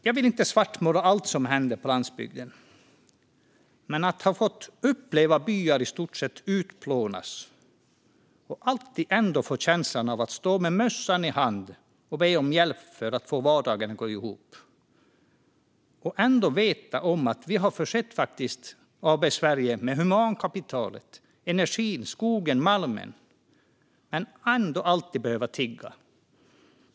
Jag vill inte svartmåla allt som händer på landsbygden, men det handlar om att ha fått uppleva byar i stort sett utplånas och alltid ha känslan av att stå med mössan i hand och be om hjälp för att få vardagen att gå ihop. Det handlar om att veta att vi faktiskt har försett AB Sverige med humankapitalet, energin, skogen och malmen - men att vi ändå alltid behöver tigga.